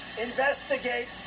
investigate